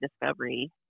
discovery